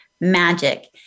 Magic